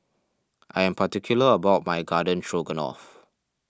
I am particular about my Garden Stroganoff